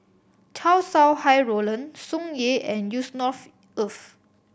Chow Sau Hai Roland Tsung Yeh and Yusnor Ef